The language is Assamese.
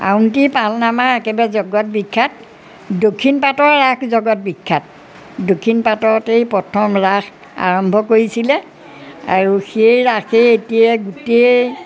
আউনী আটী পালনামা আৰু একেবাৰে জগত বিখ্যাত দক্ষিণ পাটৰ ৰাস জগত বিখ্যাত দক্ষিণ পাটতেই প্ৰথম ৰাস আৰম্ভ কৰিছিলে আৰু সেই ৰাসেই এতিয়াই গোটেই